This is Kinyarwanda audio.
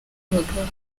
bagabo